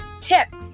tip